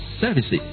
services